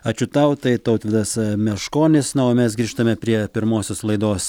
ačiū tau tai tautvydas meškonis na o mes grįžtame prie pirmosios laidos